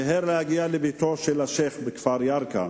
שמיהר להגיע לביתו של השיח' בכפר ירכא,